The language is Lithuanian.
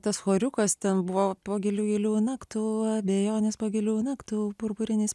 tas choriukas ten buvo po gilių naktų naktų abejonės pagilėjo naktų purpurinės